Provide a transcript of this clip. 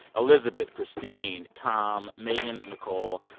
elizabeth, christine, tom, megan, nicole,